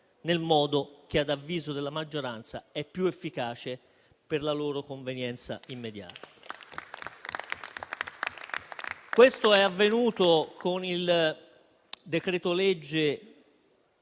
nel modo che, ad avviso della maggioranza, è più efficace per la sua convenienza immediata. Questo è avvenuto con il decreto-legge